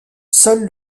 seul